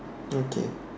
okay